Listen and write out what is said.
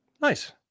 Nice